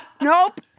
nope